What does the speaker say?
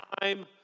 time